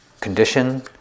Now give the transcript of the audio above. condition